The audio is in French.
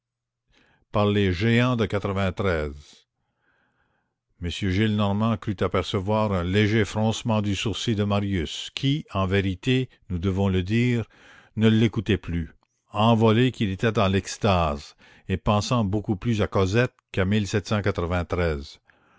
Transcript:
par les géants de m gillenormand crut apercevoir un léger froncement du sourcil de marius qui en vérité nous devons le dire ne l'écoutait plus envolé qu'il était dans l'extase et pensant beaucoup plus à cosette qu'à